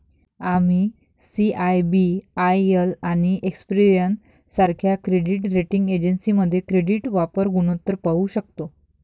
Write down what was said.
आम्ही सी.आय.बी.आय.एल आणि एक्सपेरियन सारख्या क्रेडिट रेटिंग एजन्सीमध्ये क्रेडिट वापर गुणोत्तर पाहू शकतो